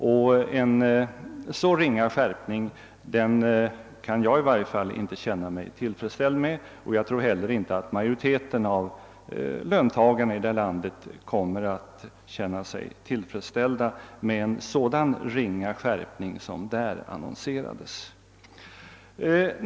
En så ringa skärpning kan i varje fall inte jag känna mig tillfredsställd med, och jag tror inte heller att majoriteten av löntagarna i det här landet kommer att känna sig tillfredsställda med en så ringa skärpning som där annonserades.